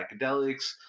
psychedelics